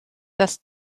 das